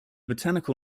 botanical